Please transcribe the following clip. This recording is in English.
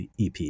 EP